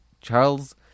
charles